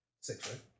Six